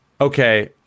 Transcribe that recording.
Okay